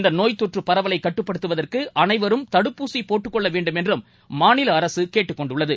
இந்தநோய்த்தொற்றுபரவலைகட்டுப்படுத்துவதற்குஅனைவரும் தடுப்பூசிபோட்டுக்கொள்ளவேண்டும் என்றும் மாநிலஅரசுகேட்டுக் கொண்டுள்ளது